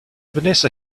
vanessa